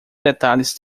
detalhes